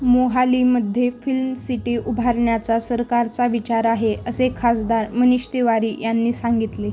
मोहालीमध्ये film city उभारण्याचा सरकारचा विचार आहे असे खासदार मनीष तिवारी यांनी सांगितले